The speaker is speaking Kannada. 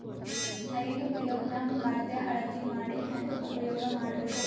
ಐದು ಕಿಲೋಗ್ರಾಂ ಖಾದ್ಯ ಅಳತಿ ಮಾಡಿ ಹೇಂಗ ಉಪಯೋಗ ಮಾಡಬೇಕು?